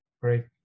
Great